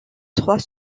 trois